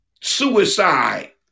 Suicide